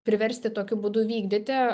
priversti tokiu būdu vykdyti